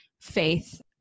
faith